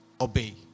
obey